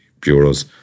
bureaus